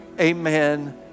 amen